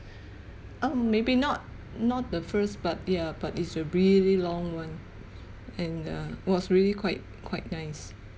um maybe not not the first but yeah but it's a really long one and uh was really quite quite nice